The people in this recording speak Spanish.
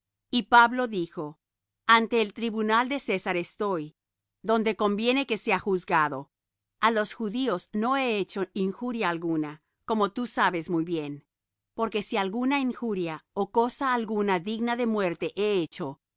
y pablo dijo ante el tribunal de césar estoy donde conviene que sea juzgado a los judíos no he hecho injuria alguna como tú sabes muy bien porque si alguna injuria ó cosa alguna digna de muerte he hecho